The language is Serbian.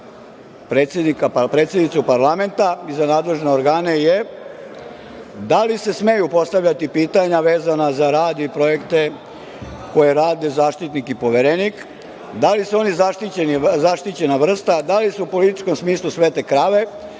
predsednicu parlamenta i za nadležne organe je da li smeju postavljati pitanja vezana za rad i projekte koje rade Zaštitnik i Poverenik? Da li su oni zaštićena vrsta, da li su u političkom smislu svete krave